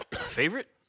Favorite